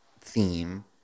theme